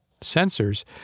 sensors